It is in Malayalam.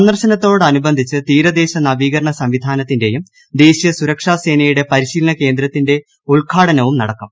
സന്ദർശനത്തോടനുബന്ധിച്ച് തീരദേശ നവീകരണ സംവിധാനത്തിന്റെയും ദ്ദേശീൽ ് സുരക്ഷാ സേനയുടെ പരിശീലന കേന്ദ്രത്തിന്റെ ഉദ്ഘൂർട്ടന്റവും നടക്കും